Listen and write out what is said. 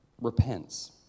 repents